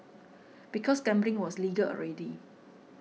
because gambling was legal already